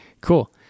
cool